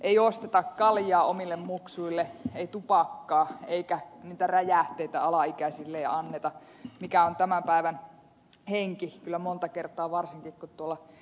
ei osteta kaljaa omille muksuille ei tupakkaa eikä anneta niitä räjähteitä alaikäisille mikä on tämän päivän henki kyllä monta kertaa varsinkin kun tuolla järjestyksenvalvontahommissa on ollut